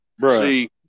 see